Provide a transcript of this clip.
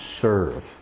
serve